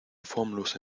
formlose